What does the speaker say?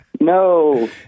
No